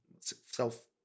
self